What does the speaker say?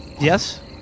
Yes